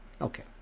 Okay